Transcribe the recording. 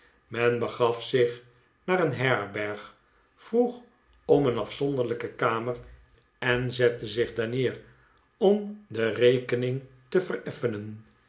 men begaf zich naar een herberg vroeg om een afzonderlijke kamer en zette zich daar neer om de rekening te